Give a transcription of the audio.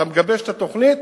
אתה מגבש את התוכנית,